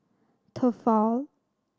Tefal